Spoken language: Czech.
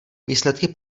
výsledky